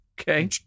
Okay